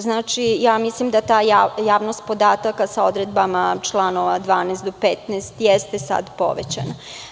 Znači, mislim da ta javnost podataka, sa odredbama članova od 12. do 15, jeste sad povećana.